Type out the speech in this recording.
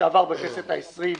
שעבר בכנסת ה-20,